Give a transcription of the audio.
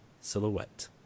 silhouette